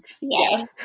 Yes